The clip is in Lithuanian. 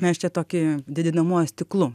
mes čia tokį didinamuoju stiklu